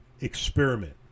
experiment